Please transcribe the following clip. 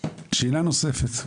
שאלה נוספת.